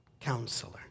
counselor